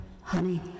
honey